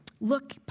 Look